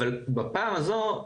אבל בפעם הזו,